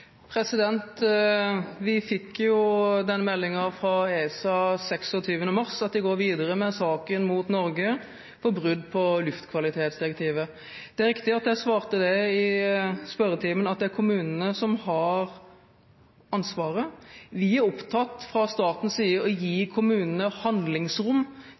Vi fikk 26. mars melding fra ESA om at de går videre med saken mot Norge for brudd på luftkvalitetsdirektivet. Det er riktig at jeg svarte i spørretimen at det er kommunene som har ansvaret. Vi er fra statens side opptatt av å gi kommunene handlingsrom